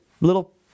little